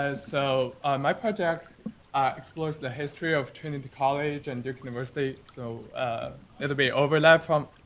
ah so my project explores the history of trinity college and duke university. so a little bit overlap from